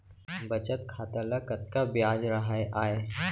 बचत खाता ल कतका ब्याज राहय आय?